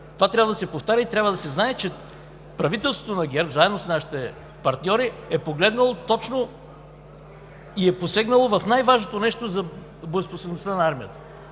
Това трябва да се повтаря и трябва да се знае, че правителството на ГЕРБ заедно с нашите партньори е погледнало точно и е посегнало в най-важното нещо за боеспособността на армията.